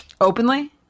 Openly